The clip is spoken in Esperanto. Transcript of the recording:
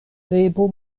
bebo